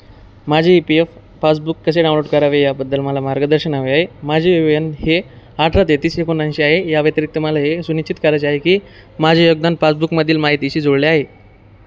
माझी E P F passbook कसे download करावे याबद्दल मला मार्गदर्शन हवे आहे माझे यूएन हे अठरा तेहतीस एकोणऐंशी आहे या याव्यतिरिक्त मला हे सुनिश्चित करायचे आहे की माझे योगदान पासबुकमधील माहितीशी जुळले आहे